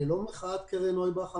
ללא מחאת קרן נויבך המגישה,